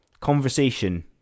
conversation